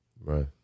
Right